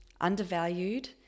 undervalued